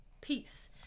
peace